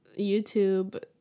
YouTube